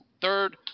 Third